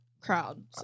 crowd